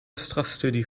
strafstudie